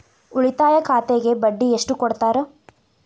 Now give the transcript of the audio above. ಉಳಿತಾಯ ಖಾತೆಗೆ ಬಡ್ಡಿ ಎಷ್ಟು ಕೊಡ್ತಾರ?